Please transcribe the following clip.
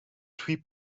tree